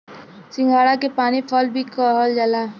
सिंघाड़ा के पानी फल भी कहल जाला